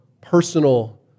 personal